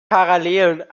parallelen